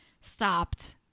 stopped